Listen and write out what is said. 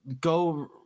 go